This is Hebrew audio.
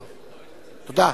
תודה.